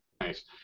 Nice